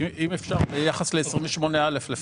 אפשר לפרט ביחס ל-28א.